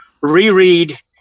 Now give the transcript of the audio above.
reread